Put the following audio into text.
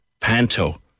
panto